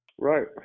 Right